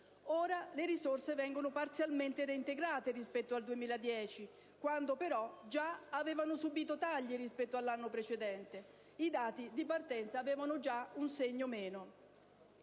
Ora le risorse vengono parzialmente reintegrate rispetto al 2010, quando già avevano subito tagli rispetto all'anno precedente. I dati di partenza avevano già un segno meno.